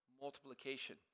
multiplication